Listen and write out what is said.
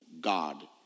God